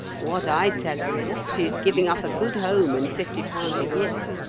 what i tell her is, she's giving up a good home and fifty pounds a year,